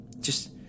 Just